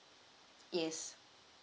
yes